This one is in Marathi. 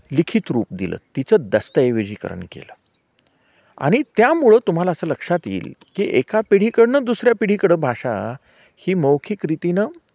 लिखित रूप दिलं तिचं दस्तऐवजीकरण केलं आणि त्यामुळं तुम्हाला असं लक्षात येईल की एका पिढीकडनं दुसऱ्या पिढीकडं भाषा ही मौखिकरितीनं